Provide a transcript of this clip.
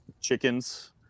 chickens